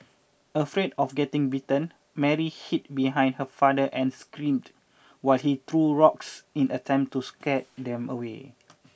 afraid of getting bitten Mary hid behind her father and screamed while he threw rocks in an attempt to scare them away